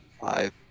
five